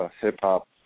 hip-hop